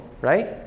right